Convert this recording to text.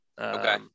Okay